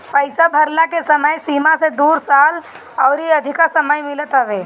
पईसा भरला के समय सीमा से दू साल अउरी अधिका समय मिलत हवे